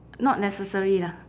not necessary lah